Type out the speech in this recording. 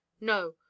no